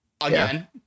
again